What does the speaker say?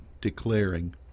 declaring